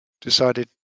decided